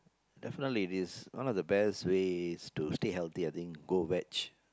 definitely it is one of the best ways to stay healthy I think go veg